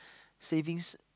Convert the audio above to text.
savings